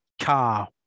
car